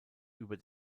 über